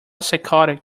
psychotic